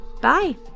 bye